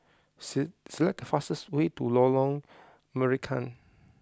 select the fastest way to Lorong Marican